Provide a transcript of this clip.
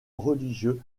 religieux